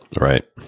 right